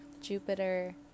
Jupiter